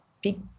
big